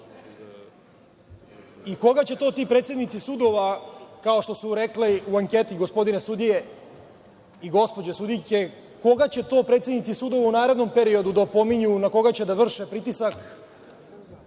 Koga će to ti predsednici sudova, kao što rekli u anketi gospoda sudije i gospođe sudijke, koga će to predsednici sudova u narednom periodu da opominju i na koga će da vrše pritisak,